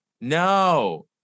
no